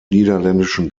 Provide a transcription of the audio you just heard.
niederländischen